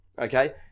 okay